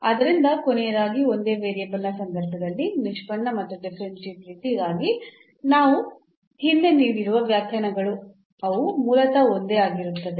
ಆದ್ದರಿಂದ ಕೊನೆಯದಾಗಿ ಒಂದೇ ವೇರಿಯೇಬಲ್ನ ಸಂದರ್ಭದಲ್ಲಿ ನಿಷ್ಪನ್ನ ಮತ್ತು ಡಿಫರೆನ್ಷಿಯಾಬಿಲಿಟಿ ಗಾಗಿ ನಾವು ಹಿಂದೆ ನೀಡಿರುವ ವ್ಯಾಖ್ಯಾನಗಳು ಅವು ಮೂಲತಃ ಒಂದೇ ಆಗಿರುತ್ತವೆ